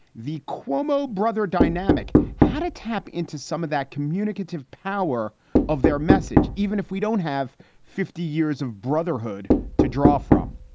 the cuomo brother dynamic how to tap into some of that communicative power of their message. even if we don't have fifty years of brotherhood to draw from.